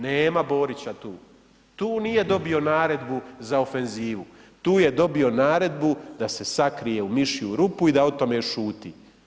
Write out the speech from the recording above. Nema Borića tu, tu nije dobio naredbu za ofenzivu, tu je dobio naredbu da se sakrije u mišju rupu i da o tome šuti.